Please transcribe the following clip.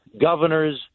governors